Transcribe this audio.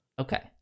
Okay